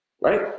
Right